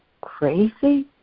crazy